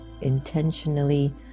intentionally